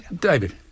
David